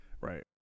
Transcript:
Right